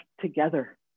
together